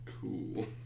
cool